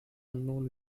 unknown